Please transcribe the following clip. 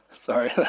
Sorry